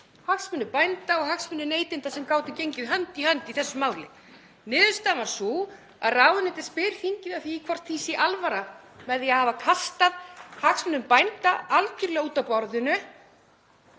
hagsmuni bænda og hagsmuni neytenda sem gátu gengið hönd í hönd í þessu máli. Niðurstaðan var sú að ráðuneytið spyr þingið hvort því sé alvara með því að hafa kastað hagsmunum bænda algerlega út af borðinu